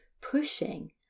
pushing